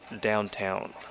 Downtown